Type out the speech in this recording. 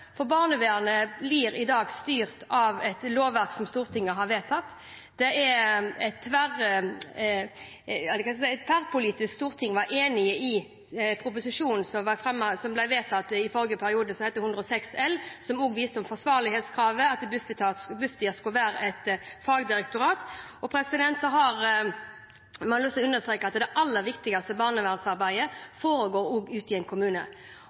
Barnevernet blir i dag styrt av et lovverk som Stortinget har vedtatt. Et tverrpolitisk storting var enig i proposisjonen som ble vedtatt i forrige periode – Prop. 106 L for 2012–2013 – som også viste til forsvarlighetskravet, og at Bufdir skulle være et fagdirektorat. Jeg har lyst til å understreke at det aller viktigste barnevernsarbeidet foregår ute i